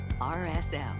RSM